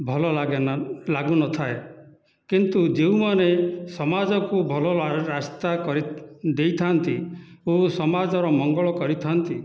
ଭଲ ଲାଗେନା ଲାଗୁନଥାଏ କିନ୍ତୁ ଯେଉଁମାନେ ସମାଜକୁ ଭଲ ରାସ୍ତା କରିଦେଇଥାନ୍ତି ଓ ସମାଜର ମଙ୍ଗଳ କରିଥାନ୍ତି